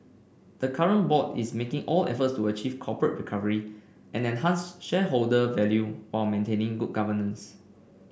the current board is making all efforts to achieve corporate recovery and enhance shareholder value while maintaining good governance